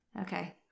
Okay